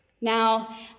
Now